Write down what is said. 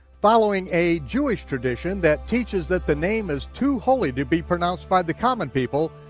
following a jewish tradition that teaches that the name is too holy to be pronounced by the common people,